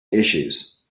issues